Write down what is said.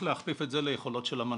צריך להכפיף את זה ליכולות של המנפיק,